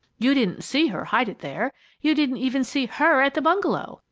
you didn't see her hide it there you didn't even see her at the bungalow.